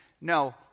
no